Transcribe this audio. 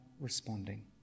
responding